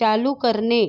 चालू करणे